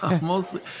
mostly